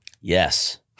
Yes